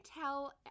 tell